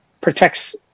protects